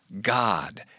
God